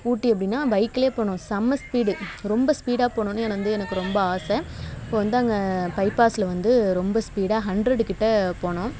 ஊட்டி எப்படின்னா பைக்கிலே போனோம் செம்ம ஸ்பீடு ரொம்ப ஸ்பீடாக போகணுன்னு வந்து எனக்கு ரொம்ப ஆசை அப்போது வந்து அங்கே பைபாஸ்சில் வந்து ரொம்ப ஸ்பீடாக ஹண்ட்ரட் கிட்டே போனோம்